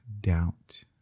doubt